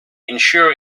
insurer